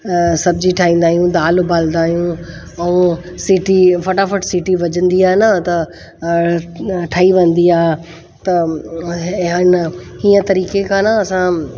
सब्ज़ी ठाहींदा आहियूं दालु उॿारंदा आहियूं ऐं सीटी फटाफट सीटी वॼंदी आहें न त ठही वेंदी आहे त हिन हीअं तरीक़े खां न असां